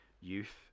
youth